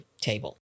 table